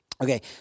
okay